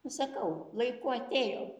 sakau laiku atėjo